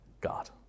God